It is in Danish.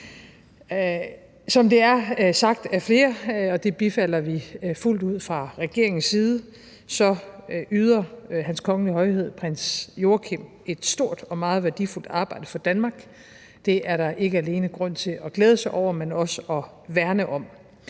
Som det er sagt af flere, og det bifalder vi fuldt ud fra regeringens side, så yder Hans Kongelige Højhed Prins Joachim et stort og meget værdifuldt arbejde for Danmark. Det er der ikke alene grund til at glæde sig over, men også at værne om,